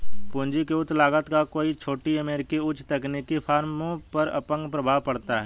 पूंजी की उच्च लागत का कई छोटी अमेरिकी उच्च तकनीकी फर्मों पर अपंग प्रभाव पड़ता है